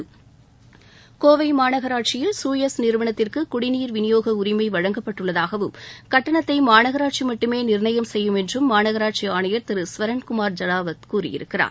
மாநகராட்சியில் கோவை விநியோக சூயஸ் நிறுவனத்திற்கு குடிநீர் உரிமை வழங்கப்பட்டுள்ளதாகவும் கட்டணத்தை மாநகராட்சி மட்டுமே நிர்ணயம் செய்யும் என்றும் மாநகராட்சி ஆணையர் திரு ஸ்வரன்குமார் ஜடாவத் கூறியிருக்கிறார்